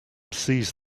seized